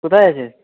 কোথায় আছিস